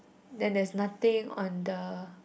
then there's nothing on the